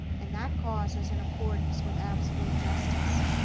and that cause is in accordance with absolute justice.